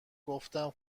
گفتم